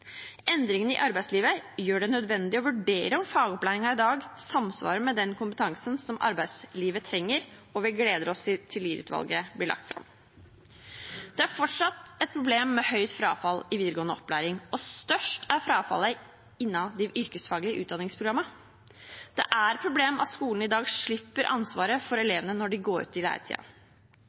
Endringene i arbeidslivet gjør det nødvendig å vurdere om fagopplæringen i dag samsvarer med den kompetansen som arbeidslivet trenger, og vi gleder oss til Lied-utvalget legger fram sin utredning. Det er fortsatt et problem med høyt frafall i videregående opplæring, og størst er frafallet i de yrkesfaglige utdanningsprogrammene. Det er et problem at skolen i dag slipper ansvaret for elevene når de går ut i